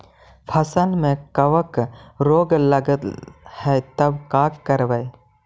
फसल में कबक रोग लगल है तब का करबै